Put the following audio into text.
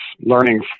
learning